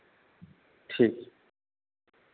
ठीक